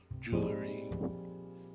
jewelry